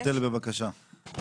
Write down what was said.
שונטל, בבקשה.